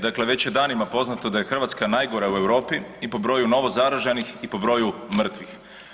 Dakle, već je danima poznato da je Hrvatska najgora u Europi i po broju novozaraženih i po broju mrtvih.